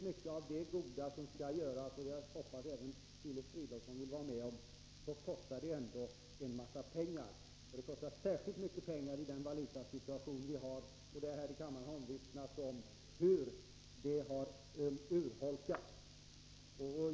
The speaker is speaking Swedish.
Mycket av det goda som skall göras — och som jag hoppas att Filip Fridolfsson vill vara med om — kostar ändå en massa pengar. Det kostar särskilt mycket i den valutasituation som vi nu befinner oss i. Det har här i kammaren omvittnats hur biståndet har urholkats.